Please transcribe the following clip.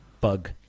bug